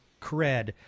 cred